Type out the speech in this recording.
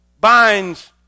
binds